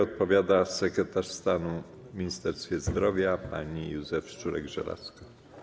Odpowiada sekretarz stanu w Ministerstwie Zdrowia pani Józefa Szczurek-Żelazko.